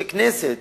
הכנסת.